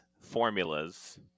formulas